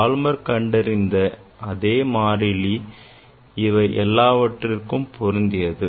Palmer கண்டறிந்த அதே மாறிலி இவை எல்லாவற்றிற்கும் பொருந்தியது